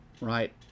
right